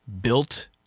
built